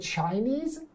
Chinese